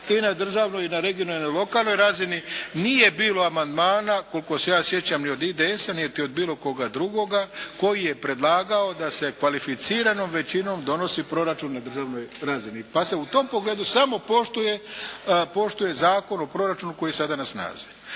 i na državnoj i na regionalnoj i na lokalnoj razini nije bilo amandmana koliko se ja sjećam ni od IDS-a, niti od bilo koga drugoga koji je predlagao da se kvalificiranom većinom donosi proračun na državnoj razini, pa se u tom pogledu samo poštuje Zakon o proračunu koji je sada na snazi.